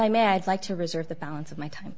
i may add like to reserve the balance of my time